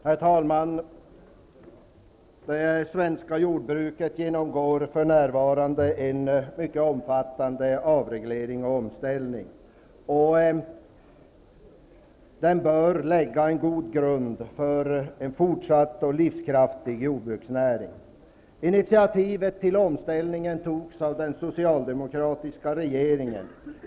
Herr talman! Det svenska jordbruket genomgår för närvarande en mycket omfattande avreglering och omställning. Det bör lägga en god grund för en fortsatt livskraftig jordbruksnäring. Initiativet till omställningen togs av den socialdemokratiska regeringen.